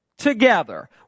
Together